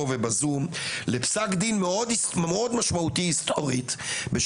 ובזום לפסק דין מאוד משמעותי היסטורית,